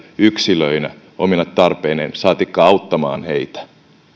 yksilöinä omine tarpeineen saatikka auttamaan heitä